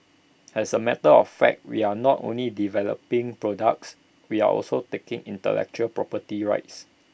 as A matter of fact we are not only developing products we are also taking intellectual property rights